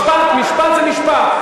משפט זה משפט.